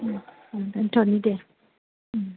दोनथ'नि दे